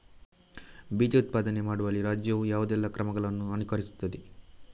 ಬೀಜ ಉತ್ಪಾದನೆ ಮಾಡುವಲ್ಲಿ ರಾಜ್ಯವು ಯಾವುದೆಲ್ಲ ಕ್ರಮಗಳನ್ನು ಅನುಕರಿಸುತ್ತದೆ?